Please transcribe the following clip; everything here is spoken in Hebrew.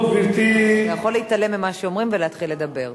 אתה יכול להתעלם ממה שאומרים ולהתחיל לדבר.